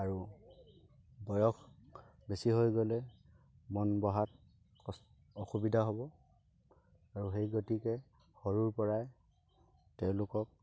আৰু বয়স বেছি হৈ গ'লে মন বহাত কছ অসুবিধা হ'ব আৰু সেই গতিকে সৰুৰ পৰাই তেওঁলোকক